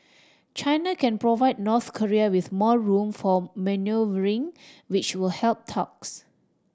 China can provide North Korea with more room for manoeuvring which will help talks